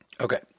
Okay